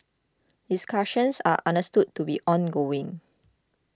discussions are understood to be ongoing